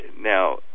now